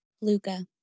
Luca